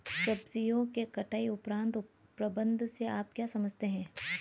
सब्जियों के कटाई उपरांत प्रबंधन से आप क्या समझते हैं?